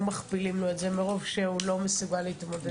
מכפילים לו את זה מרוב שהוא לא מסוגל להתמודד.